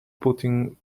putting